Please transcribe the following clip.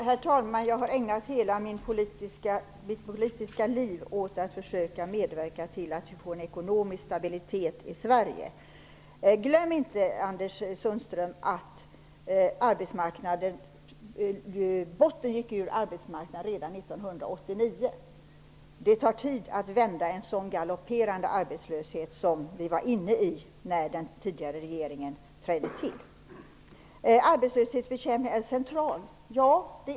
Herr talman! Jag har ägnat hela mitt politiska liv åt att försöka medverka till att vi får en ekonomisk stabilitet i Sverige. Glöm inte, Anders Sundström, att botten gick ur arbetsmarknaden redan 1989. Det tar tid att vända en så galopperande arbetslöshet som vi var inne i när den tidigare regeringen trädde till. Arbetslöshetsbekämpningen är central.